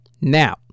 Now